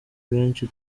benshi